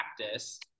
practice